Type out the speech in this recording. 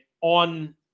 on